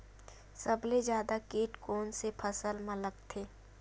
सबले जल्दी कीट कोन से फसल मा लगथे?